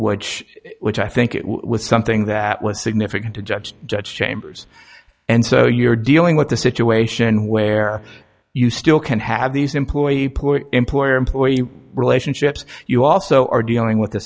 which which i think it was something that was significant to judge judge chambers and so you're dealing with the situation where you still can have these employee poor employer employee relationships you also are dealing with a